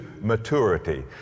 maturity